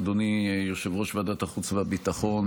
אדוני יושב-ראש ועדת החוץ והביטחון